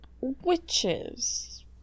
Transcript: witches